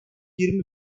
yirmi